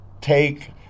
take